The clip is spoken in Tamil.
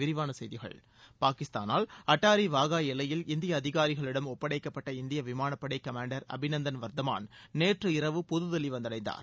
விரிவான செய்திகள் பாகிஸ்தானால் அடாரி வாகா எல்லையில் இந்திய அதிகாரிகளிடம் ஒப்படைக்கப்பட்ட இந்திய விமானப்படை கமாண்டர் அபிநந்தன் வர்த்தமான் நேற்று இரவு புதுதில்லி வந்தடைந்தார்